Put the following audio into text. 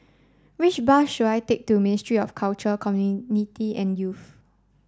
which bus should I take to Ministry of Culture and Youth